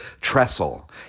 Trestle